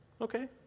Okay